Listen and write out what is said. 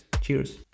Cheers